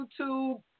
YouTube